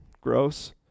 gross